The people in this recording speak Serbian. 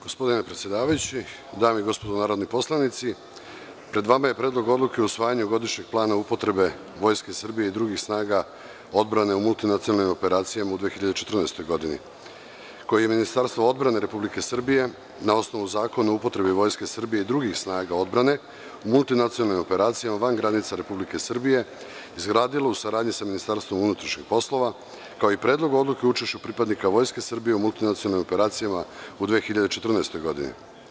Gospodine predsedavajući, dame i gospodo narodni poslanici, pred vama je Predlog odluke o usvajanju godišnjeg plana upotrebe Vojske Srbije i drugih snaga odbrana u multinacionalnim operacijama u 2014. godini, koji je Ministarstvo odbrane Republike Srbije na osnovu Zakona o upotrebi Vojske Srbije i drugih snaga odbrane u multinacionalnim operacijama van granicama Republike Srbije, izgradilo u saradnji sa MUP, kao i Predlog odluke o učešću pripadnika Vojske Srbije u multinacionalnim operacijama u 2014. godini.